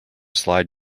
slide